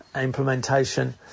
implementation